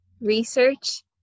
research